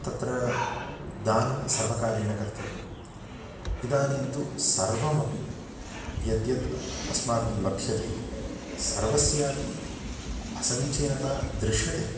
तत्र दानं सर्वकारेण कर्तव्यम् इदानीन्तु सर्वमपि यद्यद् अस्माकं लभ्यते सर्वस्यापि असमीचीनता दृश्यते